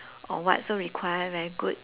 or what so require very good